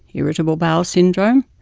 irritable bowel syndrome,